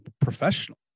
professional